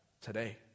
today